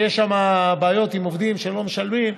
יש שם בעיות עם עובדים כשהם לא משלמים,